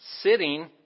Sitting